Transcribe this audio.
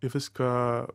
į viską